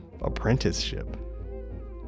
apprenticeship